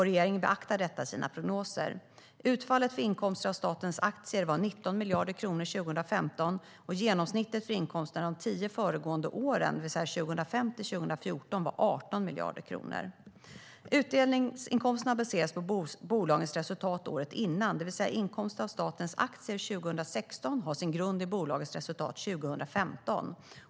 Regeringen beaktar detta i sina prognoser. Utfallet för inkomster av statens aktier var 19 miljarder kronor 2015. Genomsnittet för inkomsterna de tio föregående åren, det vill säga 2005-2014, var 18 miljarder kronor. Utdelningsinkomsterna baseras på bolagens resultat året före, det vill säga inkomsterna av statens aktier 2016 har sin grund i bolagens resultat 2015.